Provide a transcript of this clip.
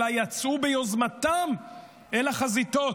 אלא יצאו ביוזמתם אל החזיתות,